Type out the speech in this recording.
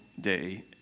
day